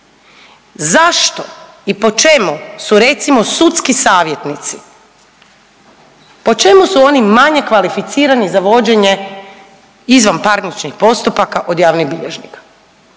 zašto i po čemu su recimo sudski savjetnici, po čemu su oni manje kvalificirani za vođenje izvanparničnih postupaka od javnih bilježnika.